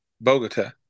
Bogota